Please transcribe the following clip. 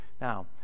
Now